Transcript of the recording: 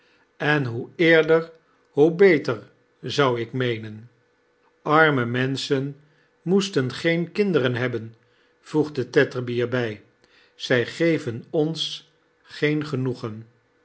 en hoe eerder hoe beter zou ik meenen arme menschen moesten geen kinderen hebben voegde tetterby er bij ze geven ons geen genoegen